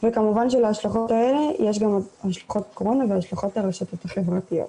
וכמובן שלהשלכות האלה יש גם את השלכות הקורונה והשלכות הרשתות החברתיות.